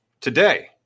today